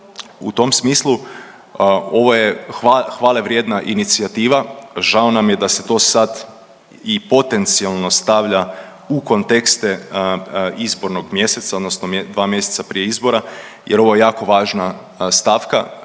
U tom smislu ovo je hvale vrijedna inicijativa, žao nam je da se to sad i potencijalno stavlja u kontekste izbornog mjeseca odnosno dva mjeseca prije izbora jer ovo je jako važna stavka.